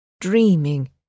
dreaming